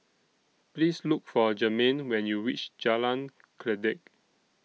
Please Look For Germaine when YOU REACH Jalan Kledek